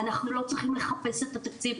אנחנו לא צריכים לחפש את התקציב,